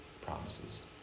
promises